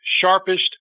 sharpest